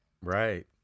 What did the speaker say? Right